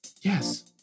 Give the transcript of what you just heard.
Yes